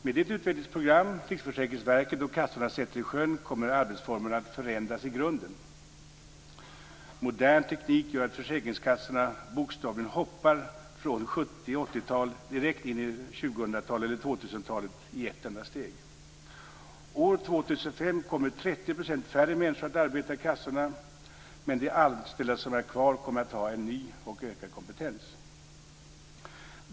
Med det utvecklingsprogram som Riksförsäkringsverket och kassorna sätter i sjön kommer arbetsformerna att förändras i grunden. Modern teknik gör att försäkringskassorna bokstavligen hoppar från 70 och 80-tal direkt in i 2000-talet i ett enda steg. År 2005 kommer 30 % färre människor att arbeta i kassorna, men de anställda som är kvar kommer att ha en ny och ökad kompetens.